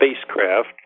spacecraft